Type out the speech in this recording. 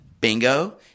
Bingo